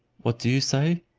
what do you say?